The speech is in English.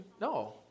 No